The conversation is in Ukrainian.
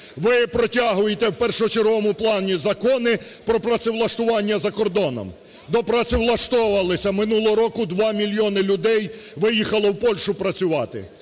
ви протягуєте в першочерговому плані закони про працевлаштування за кордоном. Допрацевлаштовувались: минулого року 2 мільйони людей виїхало в Польщу працювати.